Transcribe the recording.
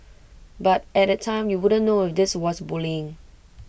but at that time you wouldn't know if this was bullying